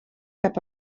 cap